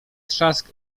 trzask